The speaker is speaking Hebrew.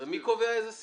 מי קובע איזו סיעה?